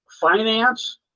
finance